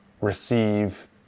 receive